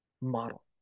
model